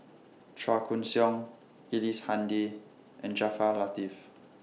Chua Koon Siong Ellice Handy and Jaafar Latiff